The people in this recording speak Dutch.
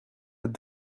het